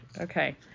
Okay